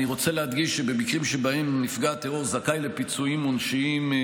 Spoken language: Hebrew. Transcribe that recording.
אני רוצה להדגיש שבמקרים שבהם נפגע הטרור זכאי לפיצויים עונשיים,